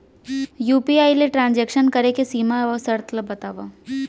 UPI ले transaction करे के सीमा व शर्त ला बतावव?